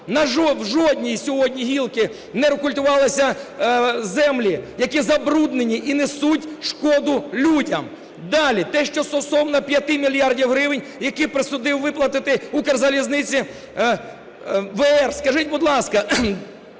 В жодній сьогодні гілки не рекультивувалися землі, які забруднені і несуть шкоду людям. Далі. Те, що стосовно 5 мільярдів гривень, які присудив виплатити Укрзалізниці ВР. Скажіть, будь ласка,